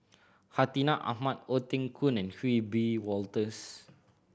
Hartinah Ahmad Ong Teng Koon and Wiebe Wolters